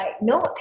no